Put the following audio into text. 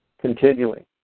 continuing